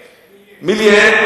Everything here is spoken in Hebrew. מִילְיֶה.